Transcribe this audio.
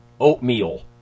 Oatmeal